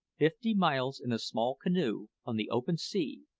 fifty miles in a small canoe, on the open sea,